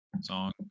song